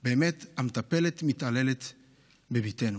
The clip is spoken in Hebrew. באמת, המטפלת מתעללת בבתנו.